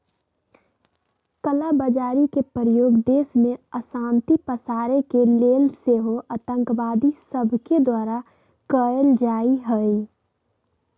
कला बजारी के प्रयोग देश में अशांति पसारे के लेल सेहो आतंकवादि सभके द्वारा कएल जाइ छइ